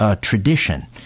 tradition